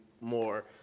more